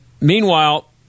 meanwhile